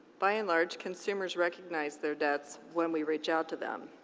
by and large, consumers recognize their debt when we reach out to them.